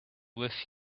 with